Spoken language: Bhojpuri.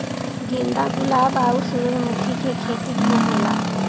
गेंदा गुलाब आउर सूरजमुखी के खेती खूब होला